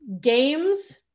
games